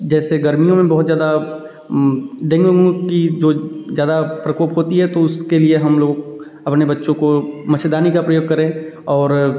जैसे गर्मियों में बहुत ज़्यादा डेंगू उंगु की जो ज़्यादा प्रकोप होता है तो उसके लिए हम लोग अपने बच्चों को मच्छरदानी का प्रयोग करें और